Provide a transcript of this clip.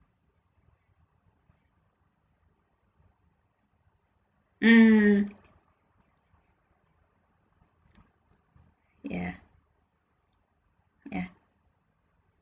mm yeah yeah